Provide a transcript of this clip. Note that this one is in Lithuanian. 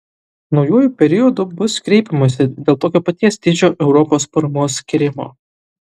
naujuoju periodu bus kreipiamasi dėl tokio paties dydžio europos paramos skyrimo